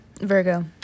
Virgo